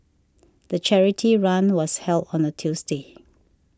the charity run was held on a Tuesday